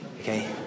Okay